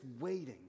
waiting